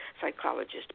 psychologist